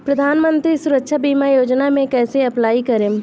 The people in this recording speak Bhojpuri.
प्रधानमंत्री सुरक्षा बीमा योजना मे कैसे अप्लाई करेम?